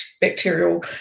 bacterial